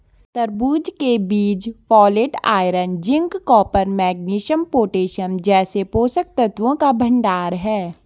तरबूज के बीज folate, iron, zinc, copper, magnesium, potassium जैसे पोषक तत्वों का भंडार है